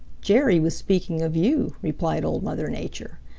jerry was speaking of you, replied old mother nature.